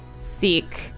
seek